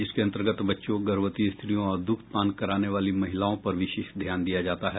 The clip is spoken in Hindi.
इसके अंतर्गत बच्चों गर्भवती स्त्रियों और दुग्धपान कराने वाली मातओं पर विशेष ध्यान दिया जाता है